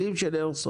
כלים של איירסופט.